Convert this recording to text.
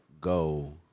go